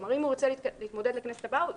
כלומר אם הוא רוצה להתמודד לכנסת הבאה הוא